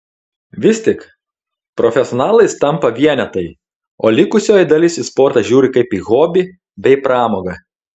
vis tik profesionalais tampa vienetai o likusioji dalis į sportą žiūri kaip į hobį bei pramogą